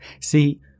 see